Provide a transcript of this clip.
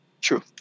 True